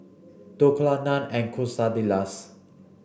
Dhokla Naan and Quesadillas